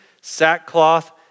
sackcloth